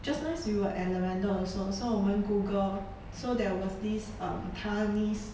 just nice we were at lavender also so 我们 google so there was this um taiwanese